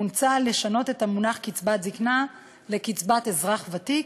מוצע לשנות את המונח קצבת זיקנה למונח קצבת אזרח ותיק,